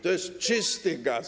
To jest czysty gaz.